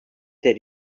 that